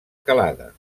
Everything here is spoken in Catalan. calada